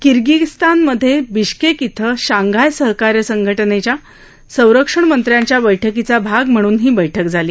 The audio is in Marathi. किरीगझीस्तान मधविश्वक्वे धिं शांघाय सहकार्य संघटनच्या संरक्षण मंत्र्यांच्या बैठकीचा भाग म्हणून ही बैठक झाली